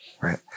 right